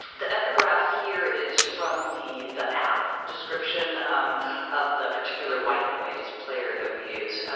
the epigraph here is from the the app description of the particular white noise player that we use.